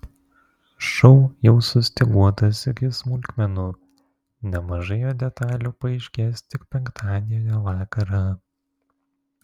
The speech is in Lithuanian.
šou jau sustyguotas iki smulkmenų nemažai jo detalių paaiškės tik penktadienio vakarą